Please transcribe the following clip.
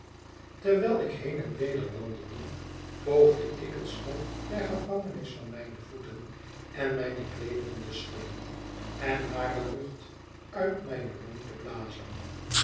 terwijl ik heen en weder wandelde poogde ik het stof der gevangenis van mijne voeten en mijne kleederen te schudden en hare lucht uit mijne long te blazen